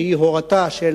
שהיא הורתן של